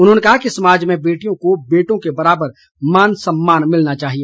उन्होंने कहा कि समाज में बेटियों को बेटों के बराबर मान सम्मान मिलना चाहिए